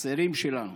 הצעירים שלנו,